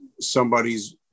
somebody's